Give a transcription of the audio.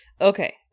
okay